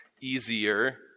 easier